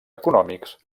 econòmics